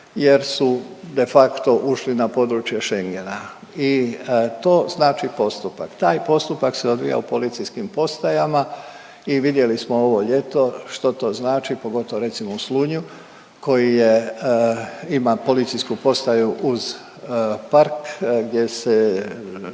jer su de facto ušli na područje schengena i to znači postupak. Taj postupak se odvija u policijskim postajama i vidjeli smo ovo ljeto što to znači, pogotovo recimo u Slunju koji je, ima policijsku postaju uz park gdje se